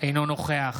אינו נוכח